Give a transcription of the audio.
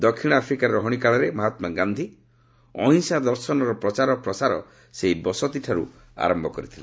ଦକ୍ଷିଣ ଆଫ୍ରିକାର ରହଣୀ କାଳରେ ମହାତ୍ମା ଗାନ୍ଧି ଅହିଂସା ଦର୍ଶନର ପ୍ରଚାର ଓ ପ୍ରସାର ସେହି ବସତିଠାରୁ ଆରମ୍ଭ କରିଥିଲେ